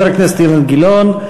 חבר הכנסת אילן גילאון,